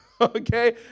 Okay